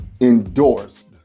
endorsed